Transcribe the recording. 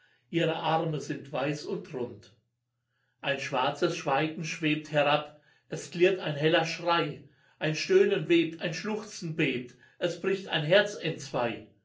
ihre arme sind weiß und rund ein schwarzes schweigen schwebt herab es klirrt ein heller schrei ein stöhnen webt ein schluchzen bebt es bricht ein herz entzwei